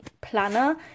planner